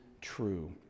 true